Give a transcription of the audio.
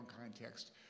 context